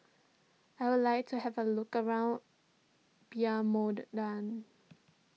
I would like to have a look around Belmopan